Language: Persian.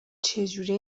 چهجوری